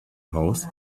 house